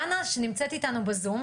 דנה שנמצאת איתנו בזום,